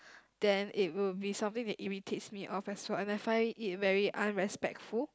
then it will be something that irritates me off as well and I find it very unrespectful